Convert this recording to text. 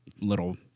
little